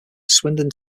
swindon